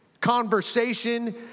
conversation